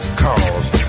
cause